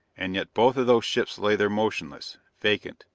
and yet both of those ships lay there motionless, vacant,